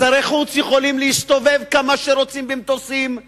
שרי חוץ יכולים להסתובב כמה שרוצים במטוסים,